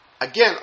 again